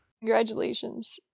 Congratulations